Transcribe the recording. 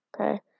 okay